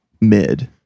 mid